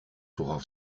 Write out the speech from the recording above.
worauf